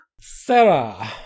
Sarah